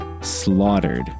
slaughtered